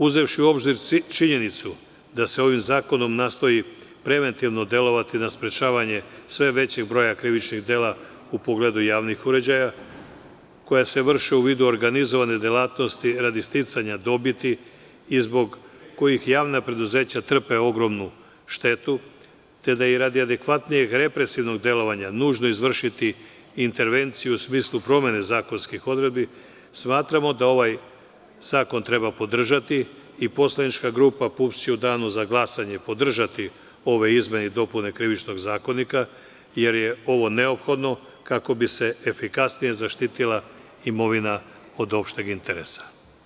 Uzevši u obzir činjenicu da se ovim zakonom nastoji preventivno delovati na sprečavanje sve većeg broja krivičnih dela u pogledu javnih uređaja, koja se vrše u vidu organizovane delatnosti radi sticanja dobiti i zbog kojih javna preduzeća trpe ogromnu štetu, te da je radi efikasnijeg represivnog delovanja nužno izvršiti intervenciju u smislu promene zakonskih odredbi, smatramo da ovaj zakon treba podržati i poslanička grupa PUPS će u Danu za glasanje podržati ove izmene i dopune Krivičnog zakona jer je ovo neophodno kako bi se efikasnije zaštitila imovina od opšteg interesa.